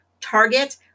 Target